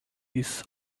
this